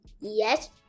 Yes